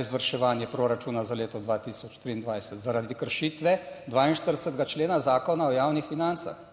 izvrševanje proračuna za leto 2023. Zaradi kršitve 42. člena Zakona o javnih financah